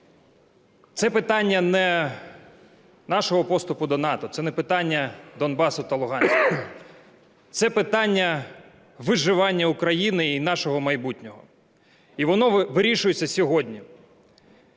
Це питання не нашого поступу до НАТО, це не питання Донбасу та Луганська, це питання виживання України і нашого майбутнього, і воно вирішується сьогодні,